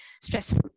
stressful